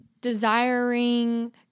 desiring